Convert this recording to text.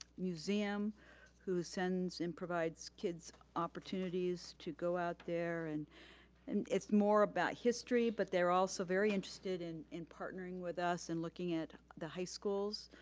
museum who sends and provides kids opportunities to go out there and and it's more about history but they're also very interested in in partnering with us and looking at the high schools.